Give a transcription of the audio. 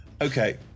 Okay